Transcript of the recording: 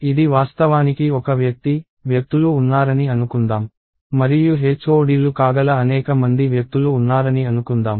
ఇది వాస్తవానికి ఒక వ్యక్తి వ్యక్తులు ఉన్నారని అనుకుందాం మరియు HODలు కాగల అనేక మంది వ్యక్తులు ఉన్నారని అనుకుందాం